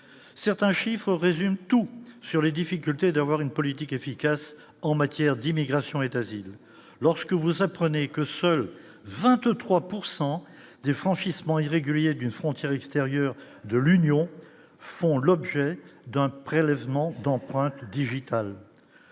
certains chiffres résument tout sur les difficultés d'avoir une politique efficace en matière d'immigration est asile lorsque vous apprenez que seuls 23 pourcent des franchissements irréguliers d'une frontière extérieure de l'Union, font l'objet d'un prélèvement d'empreintes digitales,